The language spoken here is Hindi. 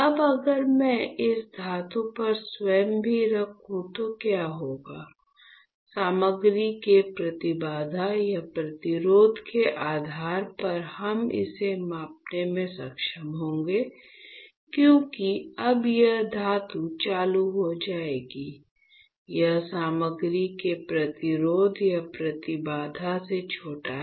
अब अगर मैं इस धातु पर कुछ भी रखूं तो क्या होगा सामग्री के प्रतिबाधा या प्रतिरोध के आधार पर हम इसे मापने में सक्षम होंगे क्योंकि अब यह धातु चालू हो जाएगी यह सामग्री के प्रतिरोध या प्रतिबाधा से छोटा है